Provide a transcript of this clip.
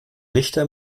richter